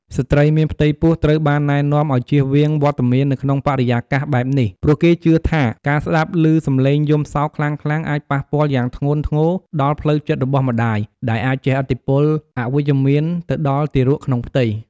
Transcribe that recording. ស្ត្រីមានផ្ទៃពោះត្រូវបានណែនាំឲ្យជៀសវាងវត្តមាននៅក្នុងបរិយាកាសបែបនេះ ព្រោះគេជឿថាការស្តាប់ឮសំឡេងយំសោកខ្លាំងៗអាចប៉ះពាល់យ៉ាងធ្ងន់ធ្ងរដល់ផ្លូវចិត្តរបស់ម្តាយ ដែលអាចជះឥទ្ធិពលអវិជ្ជមានទៅដល់ទារកក្នុងផ្ទៃ។